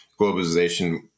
globalization